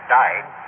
died